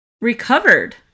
recovered